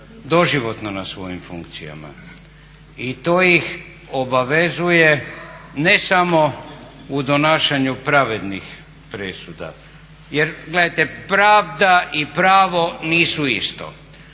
doživotno na svojim funkcijama i to ih obavezuje ne samo u donošenju pravednih presuda. Jer gledajte pravda i pravo nisu isto.